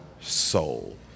soul